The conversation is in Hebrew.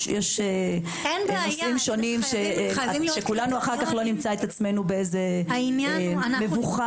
כדי שכולנו לא נמצא את עצמנו אחר כך במבוכה